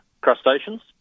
crustaceans